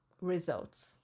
results